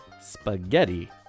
spaghetti